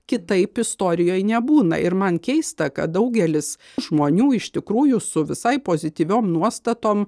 kitaip istorijoj nebūna ir man keista kad daugelis žmonių iš tikrųjų su visai pozityviom nuostatom